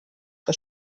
que